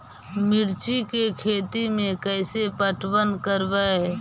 मिर्ची के खेति में कैसे पटवन करवय?